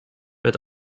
but